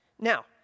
Now